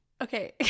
Okay